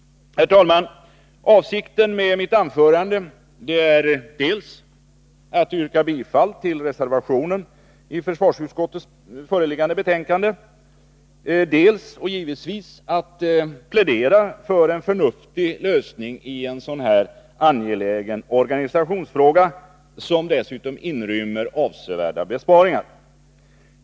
Herr talman! Avsikten med mitt anförande är dels att yrka bifall till reservationen i försvarsutskottets föreliggande betänkande, dels — givetvis — att plädera för en förnuftig lösning i en mycket angelägen organisationsfråga. Ärendet inrymmer dessutom avsevärda besparingar.